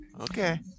okay